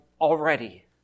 already